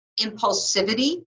impulsivity